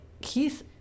keith